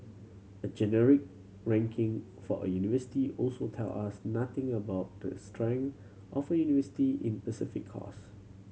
a generic ranking for a university also tell us nothing about the strength of university in course